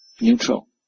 neutral